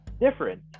different